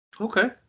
Okay